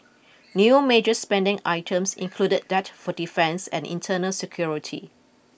new major spending items included that for defence and internal security